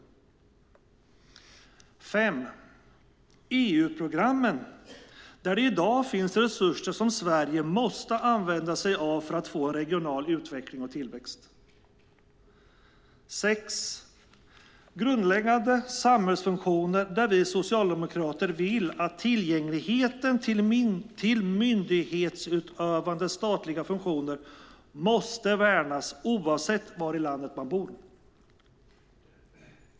För det femte handlar det om EU-programmen, där det i dag finns resurser som Sverige måste använda sig av för att få regional utveckling och tillväxt. För det sjätte handlar det om grundläggande samhällsfunktioner. Vi socialdemokrater vill att tillgängligheten till myndighetsutövande statliga funktioner värnas, oavsett var i landet man bor.